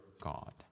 God